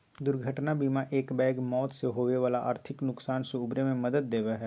दुर्घटना बीमा एकबैग मौत से होवे वाला आर्थिक नुकसान से उबरे में मदद देवा हई